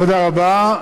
תודה רבה.